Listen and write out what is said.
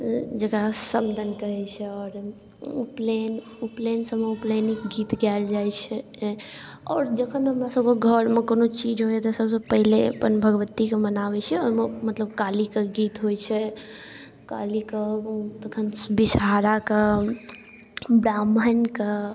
जकरा समदाउन कहै छै आओर उपनैन उपनैन सबमे उपनैनके गीत गाएल जाइ छै आओर जखन अपना सबके घरमे कोनो चीज होइके सबसँ पहिले अपन भगवतीके मनाबै छिए ओहिमे मतलब कालीके गीत होइ छै कालीके तखन बिसहाराके ब्राह्मणके